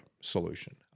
solution